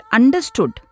understood